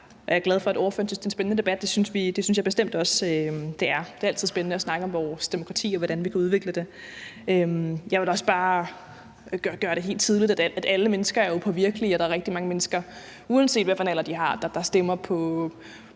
Jeg er glad for, at ordføreren synes, det er en spændende debat. Det synes jeg bestemt også det er. Det er altid spændende at snakke om vores demokrati og om, hvordan vi kan udvikle det. Jeg vil også bare gøre det hele tydeligt, at alle mennesker jo er påvirkelige, og at der er rigtig mange mennesker, der, uanset hvad for en alder de har, stemmer på